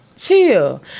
Chill